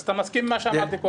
אז אתה מסכים עם מה שאמרתי קודם.